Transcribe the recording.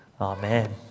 Amen